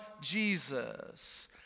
Jesus